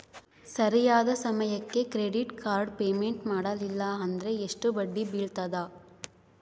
ಸರಿಯಾದ ಸಮಯಕ್ಕೆ credit card payment ಮಾಡಲಿಲ್ಲ ಅಂದ್ರೆ ಎಷ್ಟು ಬಡ್ಡಿ ಬೇಳ್ತದ?